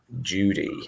Judy